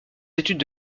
études